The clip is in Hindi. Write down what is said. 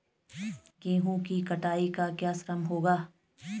गेहूँ की कटाई का क्या श्रम होगा?